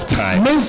time